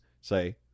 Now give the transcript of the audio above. say